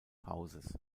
hauses